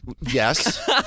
Yes